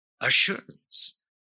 assurance